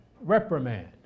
reprimand